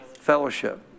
fellowship